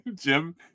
Jim